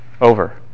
over